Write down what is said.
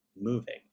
moving